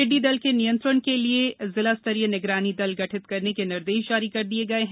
टिड्डी दल के नियंत्रण के लिये जिला स्तरीय निगरानी दल गठित करने के निर्देश जारी कर दिए गए हैं